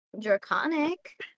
Draconic